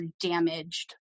damaged